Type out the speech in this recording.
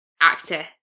actor